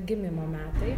gimimo metai